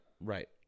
right